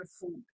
food